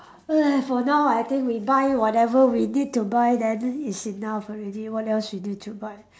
for now I think we buy whatever we need to buy then it's enough already what else you need to buy